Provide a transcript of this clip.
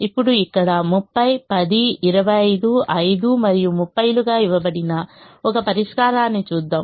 ఇప్పుడు ఇక్కడ 30 10 25 5 మరియు 30 లు గా ఇవ్వబడిన ఒక పరిష్కారాన్ని చూద్దాం